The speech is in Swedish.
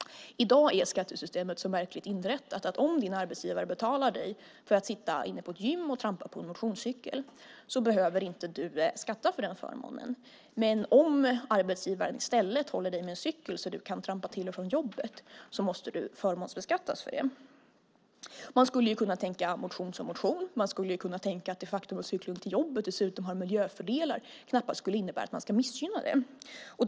I dag är skattesystemet så märkligt inrättat att om din arbetsgivare betalar dig för att sitta inne på ett gym och trampa på en motionscykel behöver du inte skatta för den förmånen. Men om arbetsgivaren i stället håller dig med en cykel där du kan trampa till och från jobbet måste du förmånsbeskattas för det. Man skulle kunna tro att det är motion som motion. Man skulle kunna tro att det faktum att cykling till jobbet dessutom har miljöfördelar knappast borde innebära att man ska missgynna det.